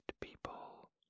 people